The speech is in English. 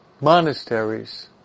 monasteries